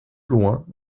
loin